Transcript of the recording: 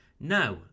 now